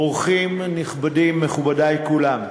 אורחים נכבדים, מכובדי כולם,